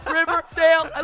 Riverdale